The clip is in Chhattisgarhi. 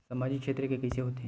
सामजिक क्षेत्र के कइसे होथे?